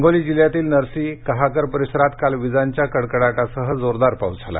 हिंगोली जिल्ह्यातील नरसी कहाकर परिसरात काल विजांच्या कडकडाटासह जोरदार पाऊस झाला